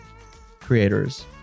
creators